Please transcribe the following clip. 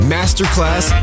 Masterclass